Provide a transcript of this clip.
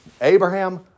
Abraham